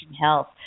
health